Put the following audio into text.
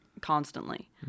constantly